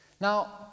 Now